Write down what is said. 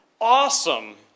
awesome